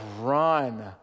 run